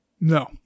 No